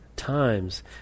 Times